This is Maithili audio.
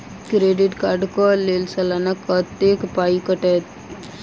क्रेडिट कार्ड कऽ लेल सलाना कत्तेक पाई कटतै?